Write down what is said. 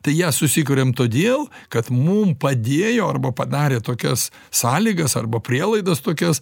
tai ją susikuriam todėl kad mum padėjo arba padarė tokias sąlygas arba prielaidas tokias